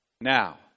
now